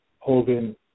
Hogan